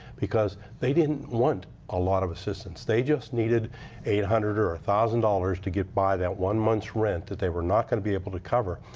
because they didn't want a lot of assistance. they just needed eight hundred or a thousand dollars to get by that one month's rent that they were not going to be able to cover.